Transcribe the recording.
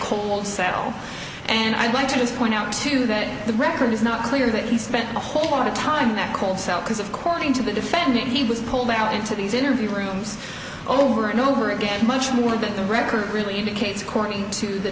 cell and i'd like to just point out too that the record is not clear that he spent a whole lot of time that called cell because of corning to the defendant he was pulled out into these interview rooms over and over again much more than the record really indicates according to the